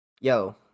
yo